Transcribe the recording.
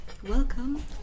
Welcome